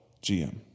GM